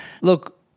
Look